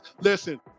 Listen